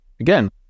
again